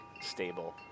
stable